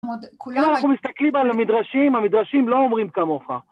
כולם, אנחנו מסתכלים על המדרשים, המדרשים לא אומרים כמוך.